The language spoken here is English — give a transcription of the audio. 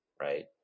right